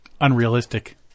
unrealistic